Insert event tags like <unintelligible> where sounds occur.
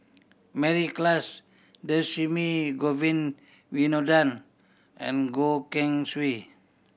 Mary Klass <unintelligible> Govin Winodan and Goh Keng Swee